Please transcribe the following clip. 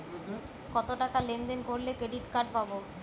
কতটাকা লেনদেন করলে ক্রেডিট কার্ড পাব?